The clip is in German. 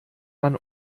man